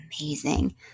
amazing